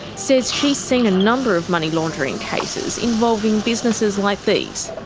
says she's seen a number of money laundering cases involving businesses like these.